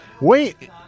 Wait